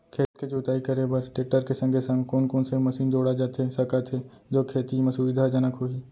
खेत के जुताई बर टेकटर के संगे संग कोन कोन से मशीन जोड़ा जाथे सकत हे जो खेती म सुविधाजनक होही?